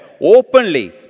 openly